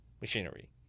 machinery